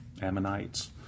Ammonites